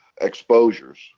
exposures